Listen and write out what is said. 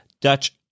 Dutch